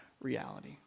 reality